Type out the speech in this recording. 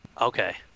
Okay